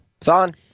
Son